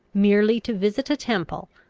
merely to visit a temple,